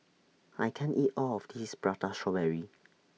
I can't eat All of This Prata Strawberry